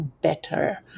better